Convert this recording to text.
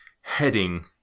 heading